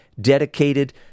dedicated